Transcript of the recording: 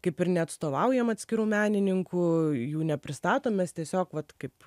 kaip ir neatstovaujam atskirų menininkų jų nepristatom mes tiesiog vat kaip